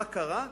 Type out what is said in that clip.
מה קרה?